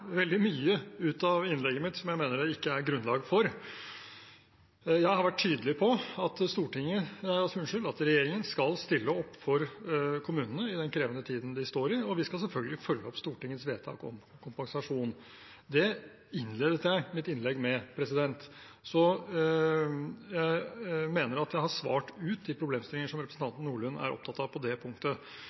at regjeringen skal stille opp for kommunene i den krevende tiden de står i, og vi skal selvfølgelig følge opp Stortingets vedtak om kompensasjon. Det innledet jeg mitt innlegg med. Så jeg mener jeg har svart ut de problemstillingene som representanten Nordlund er opptatt av på det punktet.